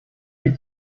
you